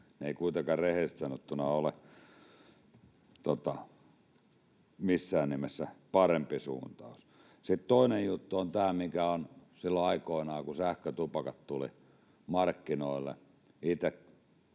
Ne eivät kuitenkaan rehellisesti sanottuna ole missään nimessä parempi suuntaus. Sitten toinen juttu on tämä, mikä oli silloin aikoinaan, kun sähkötupakat tulivat markkinoille.